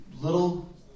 little